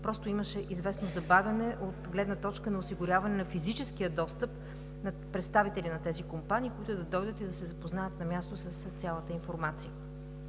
просто имаше известно забавяне от гледна точка на осигуряване на физическия достъп на представители на тези компании, които да дойдат и да се запознаят на място с цялата информация.